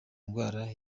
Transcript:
ndwara